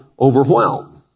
overwhelmed